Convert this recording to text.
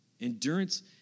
Endurance